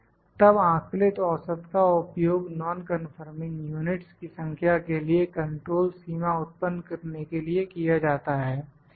तब आकलित औसत का उपयोग नॉनकन्फॉर्मिंग यूनिट्स की संख्या के लिए कंट्रोल सीमा उत्पन्न करने के लिए किया जाता है